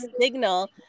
signal